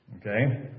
Okay